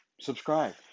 Subscribe